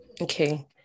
Okay